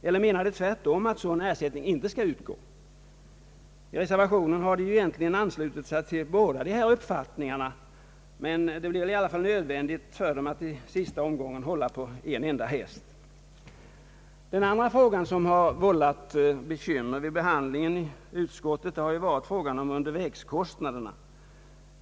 Eller menar de tvärtom, att sådan ersättning inte skall utgå? I reservationen har de egentligen anslutit sig till båda dessa uppfattningar, men det blir i alla fall nöd vändigt för dem att i sista omgången hålla på en enda häst. Den andra frågan som vållat bekymmer vid behandlingen i utskottet har varit frågan om undervägskostnaderna.